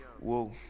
Whoa